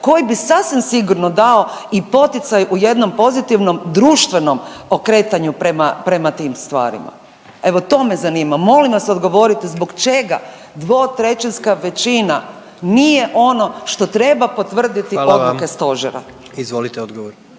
koji bi sasvim sigurno dao i poticaj u jednom pozitivnom društvenom okretanju prema, prema tim stvarima? Evo to me zanima, molim vas odgovorite zbog čega dvotrećinska većina nije ono što treba potvrditi odluke stožera? **Jandroković, Gordan